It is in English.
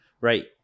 right